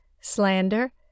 slander